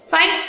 Fine